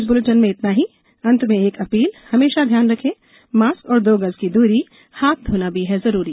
इस बुलेटिन के अंत मे एक अपील हमेशा ध्यान रखे मास्क और दो गज की दूरी हाथ धोना भी है जरूरी